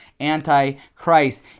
antichrist